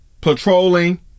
patrolling